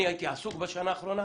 אני הייתי עסוק בשנה האחרונה,